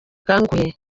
akanguhe